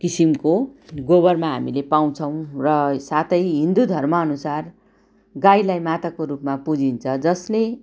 किसिमको गोबरमा हामीले पाउँछौँ र साथै हिन्दू धर्मअनुसार गाईलाई माताको रूपमा पुजिन्छ जसले